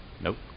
Nope